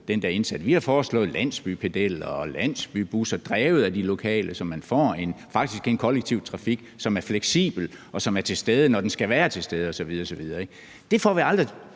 Vi har foreslået landsbypedeller og landsbybusser drevet af de lokale, så man faktisk får en kollektiv trafik, som er fleksibel, og som er til stede, når den skal være til stede osv. osv. Det får vi aldrig